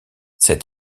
cet